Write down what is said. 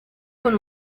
con